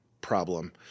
problem